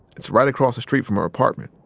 it's right across the street from her apartment.